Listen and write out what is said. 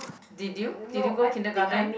did you did you go kindergarten